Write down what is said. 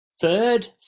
third